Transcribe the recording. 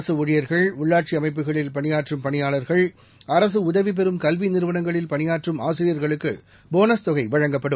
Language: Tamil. அரசு ஊழியர்கள் உள்ளாட்சி அமைப்புகளில் பணியாற்றும் பணியாளர்கள் அரசு உதவி பெறும் கல்வி நிறுவனங்களில் பணியாற்றும் ஆசிரியர்களுக்கு போனஸ் தொகை வழங்கப்படும்